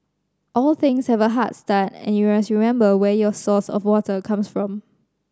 all things have a hard start and you must remember where your source of water comes from